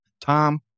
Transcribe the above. Tom